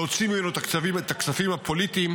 להוציא ממנו את הכספים הפוליטיים,